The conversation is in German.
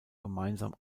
gemeinsam